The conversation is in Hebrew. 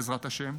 בעזרת השם,